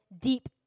deep